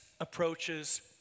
approaches